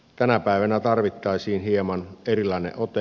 tänä päivänä tarvittaisiin hieman erilainen ote